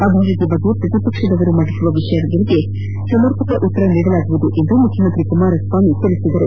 ಅಭಿವೃದ್ದಿ ಕುರಿತು ಪ್ರತಿಪಕ್ಷದವರು ಮಂಡಿಸುವ ವಿಷಯಗಳಿಗೆ ಸಮರ್ಪಕ ಉತ್ತರ ನೀಡಲಾಗುವುದು ಎಂದು ಮುಖ್ಯಮಂತ್ರಿ ಕುಮಾರಸ್ವಾಮಿ ತಿಳಿಸಿದರು